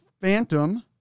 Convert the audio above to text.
Phantom